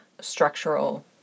structural